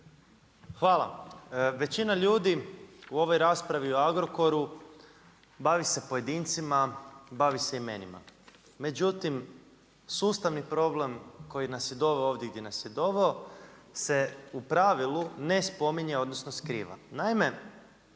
Hvala. Većina ljudi u ovoj raspravi o Agrokoru bavi se pojedincima, bavi se imenima, međutim sustavni problem koji nas je doveo gdje nas je doveo se u pravilu ne spominje odnosno skriva.